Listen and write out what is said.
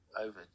over